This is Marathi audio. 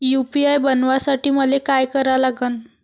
यू.पी.आय बनवासाठी मले काय करा लागन?